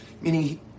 Meaning